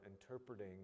interpreting